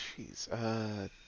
jeez